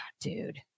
dude